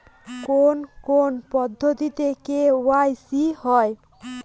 কোন কোন পদ্ধতিতে কে.ওয়াই.সি হয়?